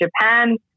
Japan